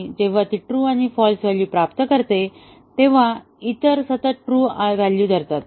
आणि जेव्हा ती ट्रू आणि फाल्स व्हॅल्यू प्राप्त करते तेव्हा इतर सतत ट्रूथ व्हॅल्यू धरतात